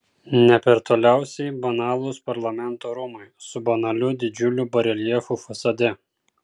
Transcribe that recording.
ne per toliausiai banalūs parlamento rūmai su banaliu didžiuliu bareljefu fasade